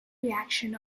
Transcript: reaction